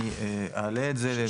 אני אעלה את זה במשרד.